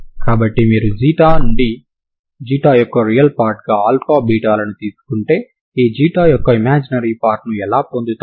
కాబట్టి మీరు నుండి యొక్క రియల్ పార్ట్ గా లను తీసుకుంటే ఈ యొక్క ఇమాజినరీ పార్ట్ ను ఎలా పొందుతారు